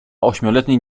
ośmioletniej